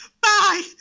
bye